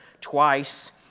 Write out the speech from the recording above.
Twice